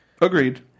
Agreed